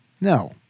No